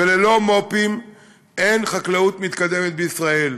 וללא מו"פים אין חקלאות מתקדמת בישראל.